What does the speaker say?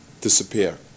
disappear